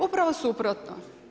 Upravo suprotno.